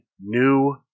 new